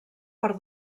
per